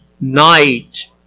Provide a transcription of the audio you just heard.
night